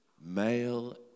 male